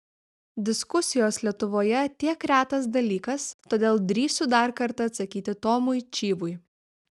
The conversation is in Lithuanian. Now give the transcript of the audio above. diskusijos lietuvoje tiek retas dalykas todėl drįsiu dar kartą atsakyti tomui čyvui